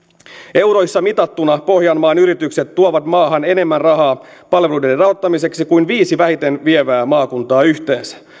euroissa mitattuna pohjanmaan yritykset tuovat maahan enemmän rahaa palveluiden rahoittamiseksi kuin viisi vähiten vievää maakuntaa yhteensä